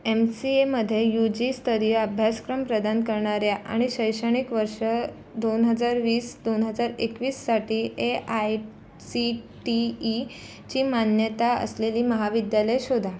M C एमध्ये U जीस्तरीय अभ्यासक्रम प्रदान करणाऱ्या आणि शैक्षणिक वर्ष दोन हजार वीस दोन हजार एकवीससाठी A I C T E ची मान्यता असलेली महाविद्यालये शोधा